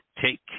take